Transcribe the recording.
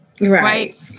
Right